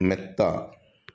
മെത്ത